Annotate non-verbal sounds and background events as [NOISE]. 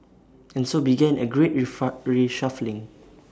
and so began A great [UNINTELLIGIBLE] reshuffling